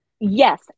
yes